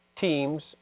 teams